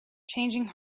changing